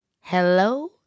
Hello